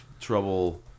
trouble